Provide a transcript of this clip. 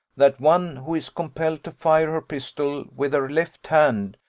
that one who is compelled to fire her pistol with her left hand,